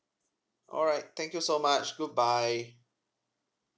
alright thank you so much good bye